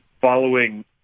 following